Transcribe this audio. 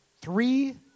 three